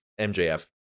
MJF